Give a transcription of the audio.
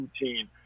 routine